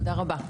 תודה רבה.